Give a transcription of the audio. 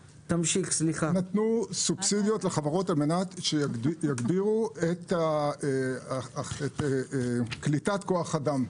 נתנו סובסידיות לחברות על מנת שיגדילו את קליטת כוח האדם.